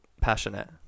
Passionate